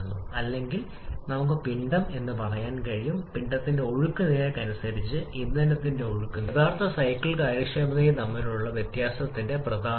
എന്നിരുന്നാലും 3 'മുതൽ 4' വരെ ഒരു യഥാർത്ഥ വിപുലീകരണമാണ് താപനിലയിലെ കുറവും അനുബന്ധവും കണക്കിലെടുക്കുന്ന പ്രക്രിയ വിപുലീകരണ പ്രക്രിയയിൽ മാത്രം k ന്റെ വർദ്ധനവ്